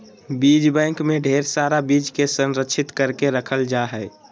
बीज बैंक मे ढेर सारा बीज के संरक्षित करके रखल जा हय